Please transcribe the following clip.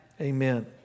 amen